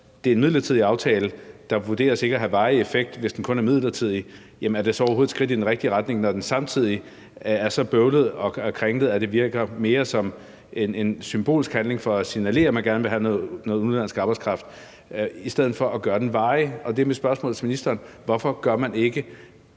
det er en midlertidig aftale, der vurderes til ikke at have varig effekt, altså fordi den kun er midlertidig, er det så overhovedet et skridt i den rigtige retning, når den samtidig er så bøvlet og kringlet, at det mere virker som en symbolsk handling for at signalere, at man gerne vil have noget udenlandsk arbejdskraft? Mit spørgsmål til ministeren er så: Hvorfor bakker man ikke